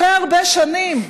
אחרי הרבה שנים,